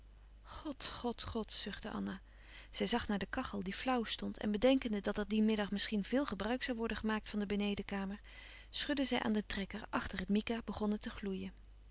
god god god zuchtte anna zij zag naar de kachel die flauw stond en bedenkende dat er dien middag misschien veel gebruik zoû worden gemaakt van de benedenkamer schudde zij aan den trekker achter het mica begon het te gloeien